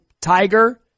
Tiger